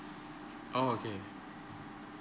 oh okay